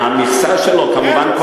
מהמכסה שלו, כמובן.